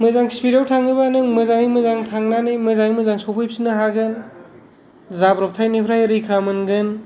मोजां स्पिड आव थाङोबा नों मोजाङै मोजां थांनानै मोजाङै मोजां सफैफिननो हागोन जाब्रबथायनिफ्राय रैखा मोनगोन